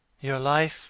your life